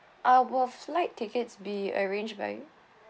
ah will our flight tickets be arranged by you